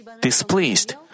displeased